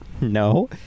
no